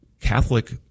Catholic